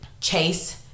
Chase